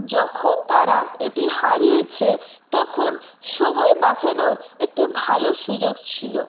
যখন তারা এটি হারিয়েছে তখন সময় বাঁচানোর একটি ভালো সুযোগ ছিল